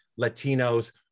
Latinos